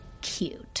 cute